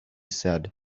said